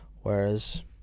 Whereas